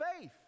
faith